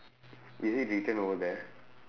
is it written over there